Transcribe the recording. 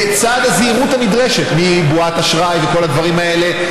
בצד הזהירות הנדרשת מבועת אשראי וכל הדברים האלה,